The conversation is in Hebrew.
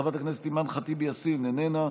חברת הכנסת אימאן ח'טיב יאסין, איננה,